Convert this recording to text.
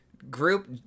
group